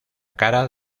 cara